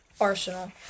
Arsenal